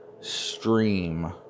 stream